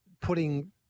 putting